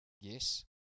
Yes